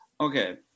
Okay